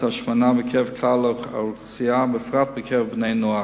השמנה בקרב כלל האוכלוסייה ובפרט בקרב בני נוער.